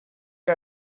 est